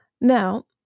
Now